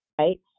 right